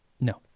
No